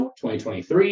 2023